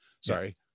Sorry